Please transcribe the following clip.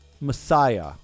messiah